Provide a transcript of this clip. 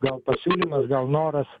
gal pasiūlymas gal noras